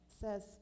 says